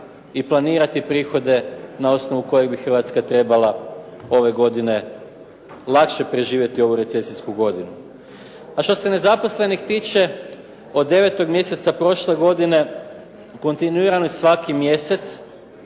i planirati prihode na osnovu kojih bi Hrvatska trebala ove godine lakše preživjeti ovu recesijsku godinu. A što se nezaposlenih tiče, od 9. mjeseca prošle godine kontinuirano svaki mjesec